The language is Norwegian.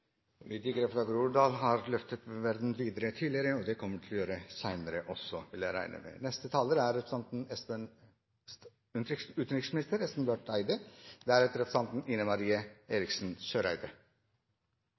fra Groruddalen har løftet verden videre tidligere, og det kommer de til å gjøre senere også, vil jeg regne med.